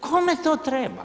Kome to treba?